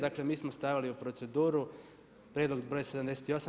Dakle mi smo stavili u proceduru prijedlog broj 78.